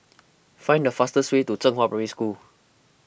find the fastest way to Zhenghua Primary School